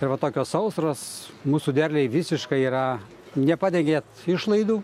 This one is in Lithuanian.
tai va tokios sausros mūsų derliai visiškai yra nepadengia net išlaidų